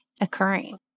occurring